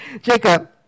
Jacob